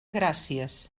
gràcies